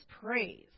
praise